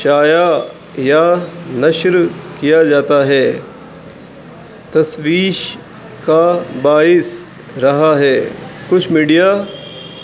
چایا یا نشر کیا جاتا ہے تصویش کا باعث رہا ہے کچھ میڈیا